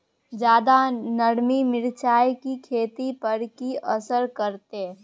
ज्यादा नमी मिर्चाय की खेती पर की असर करते?